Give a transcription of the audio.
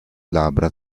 labbra